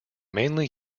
mainly